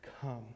come